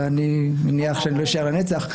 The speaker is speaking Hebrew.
ואני מניח שאני לא אשאר לנצח,